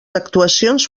actuacions